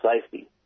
safety